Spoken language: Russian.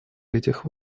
этих